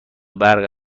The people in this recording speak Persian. برق